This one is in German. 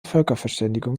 völkerverständigung